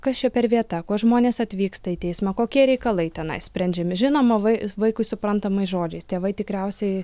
kas čia per vieta ko žmonės atvyksta į teismą kokie reikalai tenai sprendžiami žinomavai vaikui suprantamais žodžiais tėvai tikriausiai